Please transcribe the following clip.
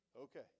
Okay